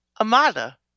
Amada